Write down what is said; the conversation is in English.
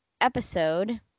episode